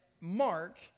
Mark